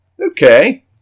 Okay